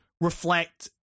reflect